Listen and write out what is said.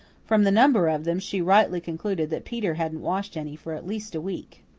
from the number of them she rightly concluded that peter hadn't washed any for at least a week.